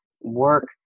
work